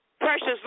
precious